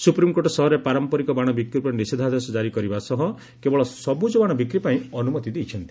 supreme court ସହରରେ ପାରମ୍ପରିକ ବାଣ ବିକ୍ରି ଉପରେ ନିଷେଧାଦେଶ ଜାରି କରିବା ସହ କେବଳ ସବୁଜ ବାଣ ବିକ୍ରିପାଇଁ ଅନୁମତି ଦେଇଛନ୍ତି